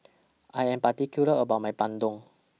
I Am particular about My Bandung